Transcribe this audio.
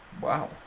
Wow